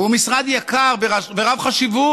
הוא משרד יקר ורב-חשיבות.